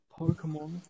Pokemon